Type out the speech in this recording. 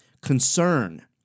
concern